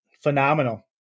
Phenomenal